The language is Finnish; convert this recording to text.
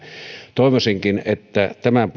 toivoisinkin että tämän